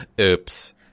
Oops